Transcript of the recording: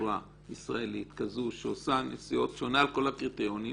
חברה ישראלית כזו שעונה על כל הקריטריונים